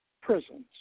prisons